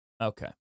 Okay